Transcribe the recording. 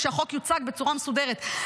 כשהחוק יוצג בצורה מסודרת.